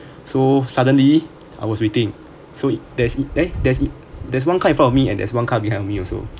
so suddenly I was waiting so there's a eh there's a there's one car in front of me and there's one car behind of me also